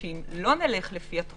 שאם לא נלך לפיה,